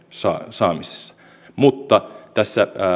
saamisessa mutta tässä